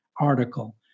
article